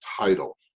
title